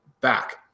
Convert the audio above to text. back